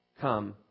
come